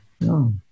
No